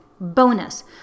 Bonus